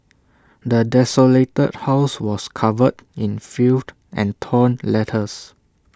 the desolated house was covered in filth and torn letters